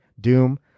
Doom